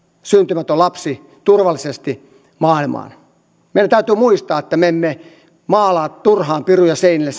syntymätön lapsi turvallisesti maailmaan meidän täytyy muistaa että me emme maalaa turhaan sellaisia piruja seinille